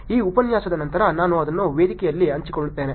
ಈ ಉಪನ್ಯಾಸದ ನಂತರ ನಾನು ಅದನ್ನು ವೇದಿಕೆಯಲ್ಲಿ ಹಂಚಿಕೊಳ್ಳುತ್ತೇನೆ